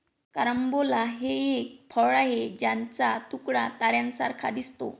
carambola हे एक फळ आहे ज्याचा तुकडा ताऱ्यांसारखा दिसतो